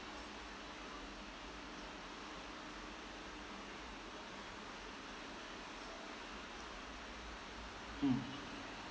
mm